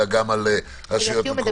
אלא גם על רשויות מקומיות.